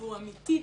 והוא אמיתי,